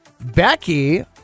Becky